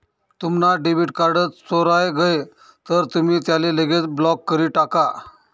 तुम्हना debit card चोराय गय तर तुमी त्याले लगेच ब्लॉक करी टाका